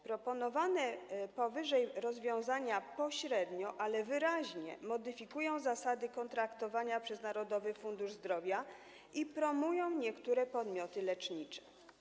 Proponowane powyżej rozwiązania pośrednio, ale wyraźnie modyfikują zasady kontraktowania przez Narodowy Fundusz Zdrowia i promują niektóre podmioty lecznicze.